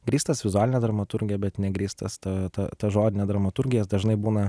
grįstas vizualine dramaturgija bet negrįstas ta ta žodine dramaturgija jis dažnai būna